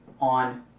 on